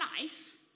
life